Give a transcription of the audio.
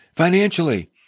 Financially